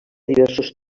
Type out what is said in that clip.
diversos